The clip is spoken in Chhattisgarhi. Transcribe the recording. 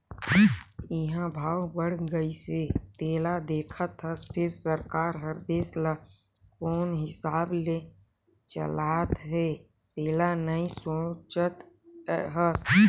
इंहा भाव बड़ गइसे तेला देखत हस फिर सरकार हर देश ल कोन हिसाब ले चलात हे तेला नइ सोचत हस